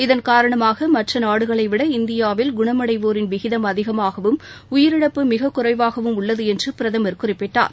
இதன் காரணமாக மற்ற நாடுகளைவிட இந்தியாவில் குணமடைவோரின் விகிதம் அதிகமாகவும் உயிரிழப்பு மிக குறைவாகவும் உள்ளது என்று பிரதமர் குறிப்பிட்டார்